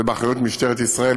היא באחריות משטרת ישראל,